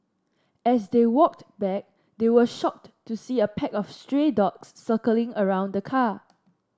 as they walked back they were shocked to see a pack of stray dogs circling around the car